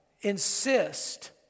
insist